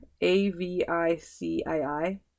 A-V-I-C-I-I